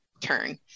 turn